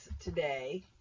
today